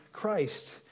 Christ